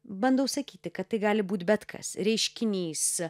bandau sakyti kad tai gali būt bet kas reiškinys